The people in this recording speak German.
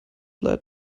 leid